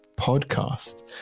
podcast